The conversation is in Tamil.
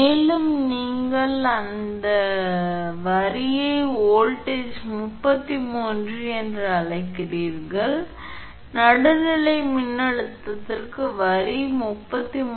மேலும் நீங்கள் அந்த வரியை வோல்டேஜ் 33 என்று அழைக்கிறீர்கள் எனவே நடுநிலை மின்னழுத்தத்திற்கு வரி 33√3